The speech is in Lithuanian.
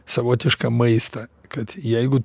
savotišką maistą kad jeigu